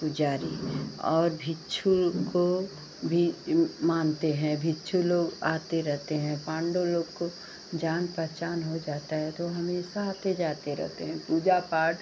पूजारी और भिक्षु लोग को भी मानते हैं भिक्षु लोग आते रहते हैं पांडव लोग को जान पहचान हो जाता है तो वे हमेशा आते जाते रहते हैं पूजा पाठ